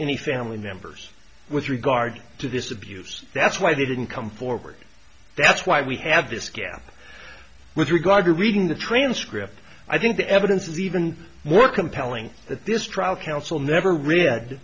any family members with regard to this abuse that's why they didn't come forward that's why we have this scam with regard to reading the transcript i think the evidence is even more compelling that this trial counsel never read